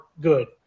good